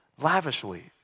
lavishly